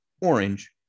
orange